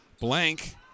Blank